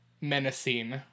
menacing